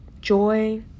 joy